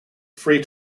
three